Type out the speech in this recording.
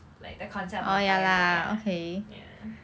like the concept of vampires like that ah ya